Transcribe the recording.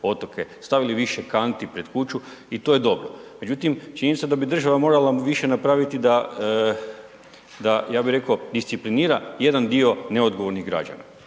otoke, stavili više kanti pred kuću i to je dobro. Međutim, činjenica da bi država morala više napraviti da ja bi rekao disciplinira jedan dio neodgovornih građana.